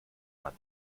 man